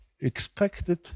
expected